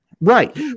Right